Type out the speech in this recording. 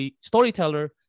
storyteller